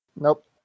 Nope